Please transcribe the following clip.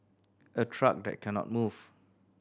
a truck that cannot move